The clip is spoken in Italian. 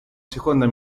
seconda